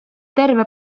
terve